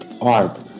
art